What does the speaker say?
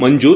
Manjoor